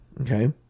Okay